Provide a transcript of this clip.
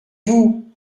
vous